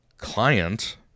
client